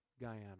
Guyana